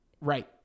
Right